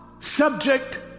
Subject